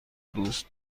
دوست